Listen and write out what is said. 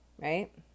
right